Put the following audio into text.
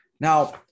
Now